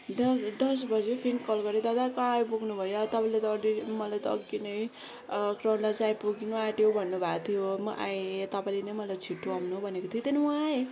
दस दस बज्यो फेरि कल गरेँ दादा कहाँ आइपुग्नु भयो तपाईँले मलाई त अधि नै क्राउन लज आइपुग्न आँट्यो भन्नुभएको थियो त म आएँ तपाईँले नै मलाई छिटो आउनु भनेको थियो त्यहाँदेखि म आएँ